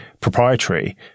proprietary